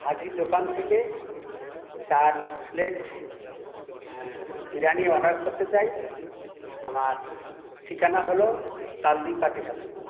হাজির দোকান থেকে চার প্লেট বিরিয়ানি অর্ডার করতে চাই আমার ঠিকানা হলো তালদি পাতিখালি